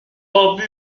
barbu